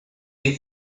you